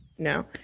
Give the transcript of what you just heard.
No